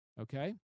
okay